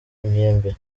imyembe